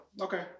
okay